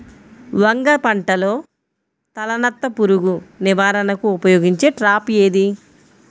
వంగ పంటలో తలనత్త పురుగు నివారణకు ఉపయోగించే ట్రాప్ ఏది?